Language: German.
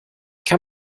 kann